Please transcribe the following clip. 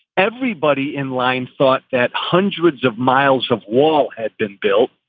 everybody in line thought that hundreds of miles of wall had been built.